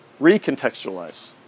recontextualize